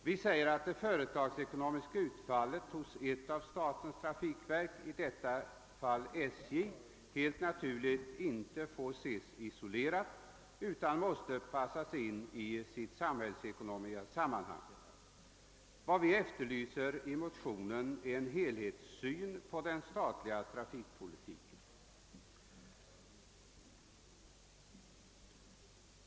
Vi säger att det företagsekonomiska utfallet hos ett av statens trafikverk — i detta fall SJ — helt naturligt inte får ses isolerat, utan måste passas in i sitt samhällsekonomiska sammanhang. Vi efterlyser i motionerna en helhetssyn på den statliga trafikpolitiken.